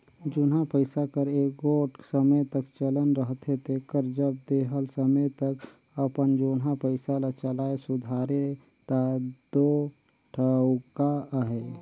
जुनहा पइसा कर एगोट समे तक चलन रहथे तेकर जब देहल समे तक अपन जुनहा पइसा ल चलाए सुधारे ता दो ठउका अहे